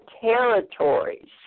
territories